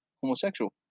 homosexual